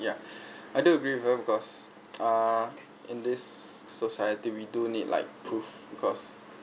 yeah I do agree with her because err in this society we do need like proof because